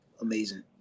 amazing